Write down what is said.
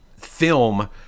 film